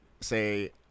say